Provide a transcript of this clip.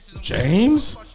James